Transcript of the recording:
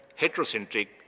heterocentric